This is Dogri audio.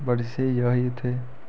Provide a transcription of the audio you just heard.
बड़ी स्हेई जगह् ही उत्थें